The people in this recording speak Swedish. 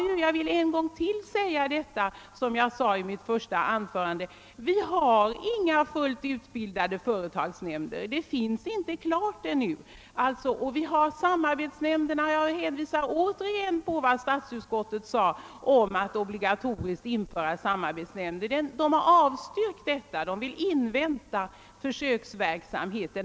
Jag vill än en gång framhålla att vi inte har en fullt utvecklad organisation med företagsnämnder. Jag understryker dessutom än en gång att statsutskottet har avstyrkt förslaget om ett obligatoriskt införande av samarbetsnämnder; statsutskottet vill först avvakta resultatet av försöksverksamheten.